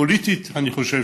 פוליטית, אני חושב